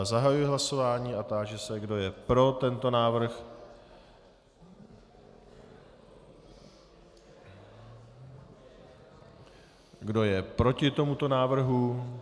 Zahajuji hlasování a táži se, kdo je pro tento návrh, Kdo je proti tomuto návrhu?